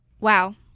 Wow